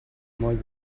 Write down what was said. moll